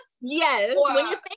yes